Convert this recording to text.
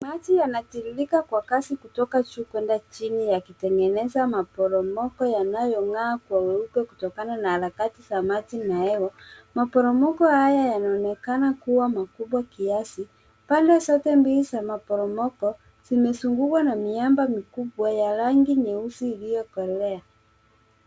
Naji yanatiririka kwa kazi kutoka juu kwenda chini yakitegeneza maporoko yanayong'aa kwa weupe kutokana na harakati ya maji na hewa. Maporomomo haya yanaonekana kuwa makubwa kiasi. Pande zote mbili za maporomoko zimezungukwa na miamba mikubwa ya rangi nyeupe iliyokolea.